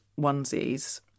onesies